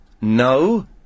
no